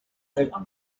des